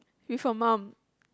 with her mum